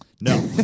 No